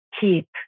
keep